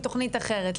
תוכנית אחרת,